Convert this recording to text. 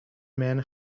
men